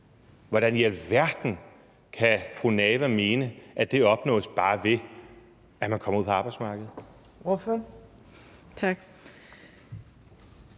hvordan i alverden kan fru Samira Nawa mene, at det opnås, bare ved at man kommer ud på arbejdsmarkedet?